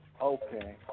okay